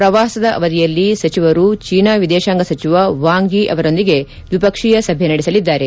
ಪ್ರವಾಸದ ಅವಧಿಯಲ್ಲಿ ಸಚಿವರು ಚೀನಾ ವಿದೇಶಾಂಗ ಸಚಿವ ವಾಂಗ್ ಯಿ ಅವರೊಂದಿಗೆ ದ್ವಿಪಕ್ಷಿಯ ಸಭೆ ನಡೆಸಲಿದ್ದಾರೆ